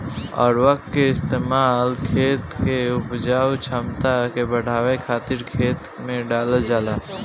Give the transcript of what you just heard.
उर्वरक के इस्तेमाल खेत के उपजाऊ क्षमता के बढ़ावे खातिर खेत में डालल जाला